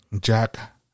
Jack